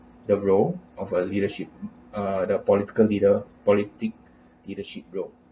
the role of a leadership uh the political leader politic leadership role